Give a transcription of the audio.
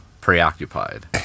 preoccupied